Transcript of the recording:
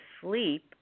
sleep